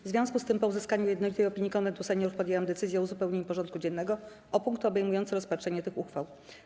W związku z tym, po uzyskaniu jednolitej opinii Konwentu Seniorów, podjęłam decyzję o uzupełnieniu porządku dziennego o punkty obejmujące rozpatrzenie tych uchwał.